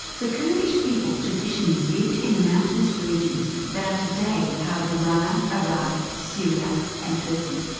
the kurdish people traditionally lived in the mountainous regions that are today part of iran, iraq, syria and turkey,